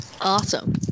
Awesome